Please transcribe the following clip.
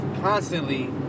constantly